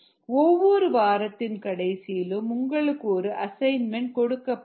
ஒவ்வொரு வாரத்தின் கடைசியிலும் உங்களுக்கு ஒரு அசைன்மென்ட் கொடுக்கப்படும்